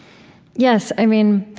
yes. i mean,